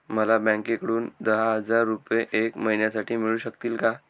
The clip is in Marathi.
मला बँकेकडून दहा हजार रुपये एक महिन्यांसाठी मिळू शकतील का?